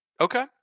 Okay